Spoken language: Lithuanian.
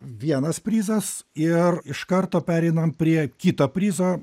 vienas prizas ir iš karto pereinam prie kito prizo